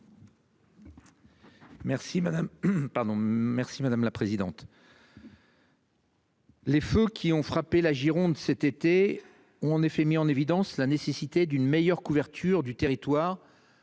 merci madame la présidente. Les feux qui ont frappé la Gironde cet été ont en effet mis en évidence la nécessité d'une meilleure couverture du territoire.